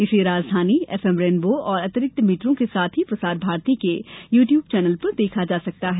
इसे Rajdhani FM Rainbow और अतिरिक्त मीटरों के साथ ही प्रसार भारती के यू ट्यूब चैनल पर देखा जा सकता है